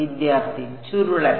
വിദ്യാർത്ഥി ചുരുളൻ